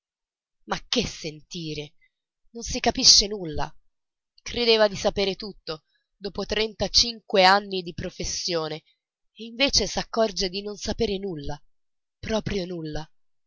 ma che sentire non capisce nulla credeva di saper tutto dopo trentacinque anni di professione e invece s'accorge di non saper nulla proprio nulla